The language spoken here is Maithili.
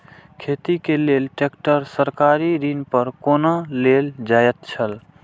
खेती के लेल ट्रेक्टर सरकारी ऋण पर कोना लेल जायत छल?